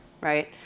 right